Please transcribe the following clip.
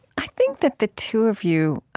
i think that the two of you